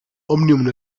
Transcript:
omnium